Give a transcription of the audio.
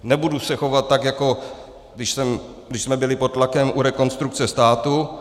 Nebudu se chovat tak, jako když jsme byli pod tlakem u Rekonstrukce státu.